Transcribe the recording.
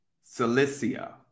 Cilicia